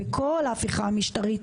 בכל ההפיכה המשטרית,